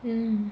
mm